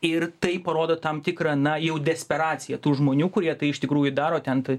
ir tai parodo tam tikrą na jau desperaciją tų žmonių kurie tai iš tikrųjų daro ten t